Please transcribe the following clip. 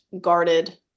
guarded